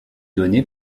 donné